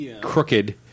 crooked